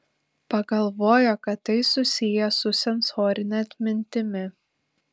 pagalvojo kad tai susiję su sensorine atmintimi